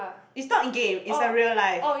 is not game is a real life